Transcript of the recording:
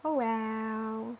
oh well